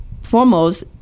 foremost